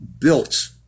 built